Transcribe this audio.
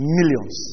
Millions